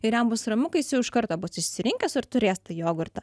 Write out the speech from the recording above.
ir jam bus ramu kai jis jau iš karto bus išsirinkęs ir turės tą jogurtą